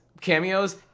cameos